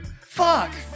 fuck